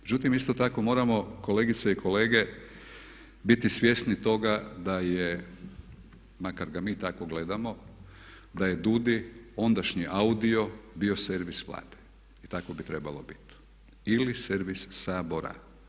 Međutim, isto tako moramo kolegice i kolege biti svjesni toga da je, makar ga mi tako gledamo, da je DUUDI, ondašnji AUDI-o bio servis Vlade i tako bi trebalo biti ili servis Sabora.